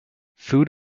food